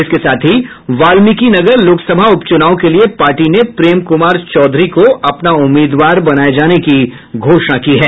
इसके साथ ही वाल्मीकिनगर लोकसभा उपचुनाव के लिये पार्टी ने प्रेम कुमार चौधरी को अपना उम्मीदवार बनाये जाने की घोषणा की है